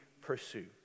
pursue